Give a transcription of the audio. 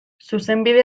zuzenbide